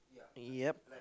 ya